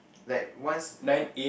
like once